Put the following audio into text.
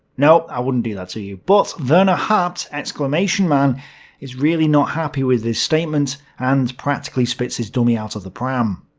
no i wouldn't do that to you. but werner haupt exclamation man is really not happy with this statement and practically spits his dummy out of the pram.